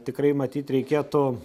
tikrai matyt reikėtų